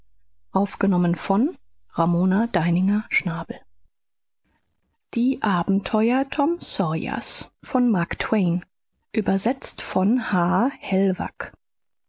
die abenteuer tom sawyers von mark twain deutsch von